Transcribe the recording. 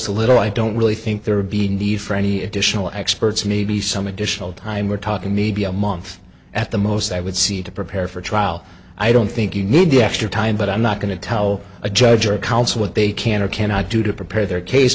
a little i don't really think there would be need for any additional experts maybe some additional time we're talking maybe a month at the most i would see to prepare for trial i don't think you need the extra time but i'm not going to tell a judge or a counsel what they can or cannot do to prepare their case